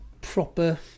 proper